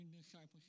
discipleship